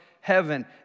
heaven